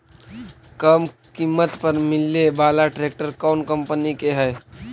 कम किमत पर मिले बाला ट्रैक्टर कौन कंपनी के है?